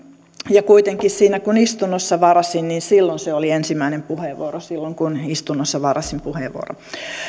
kuitenkin kun istunnossa varasin se oli ensimmäinen puheenvuoro siis silloin kun istunnossa varasin puheenvuoron